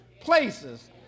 places